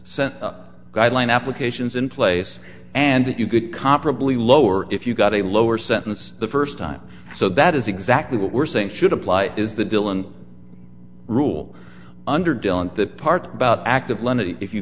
sent guideline applications in place and that you could comparably lower if you got a lower sentence the first time so that is exactly what we're saying should apply is the dylan rule under dylan the part about active learned if you